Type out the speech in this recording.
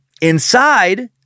inside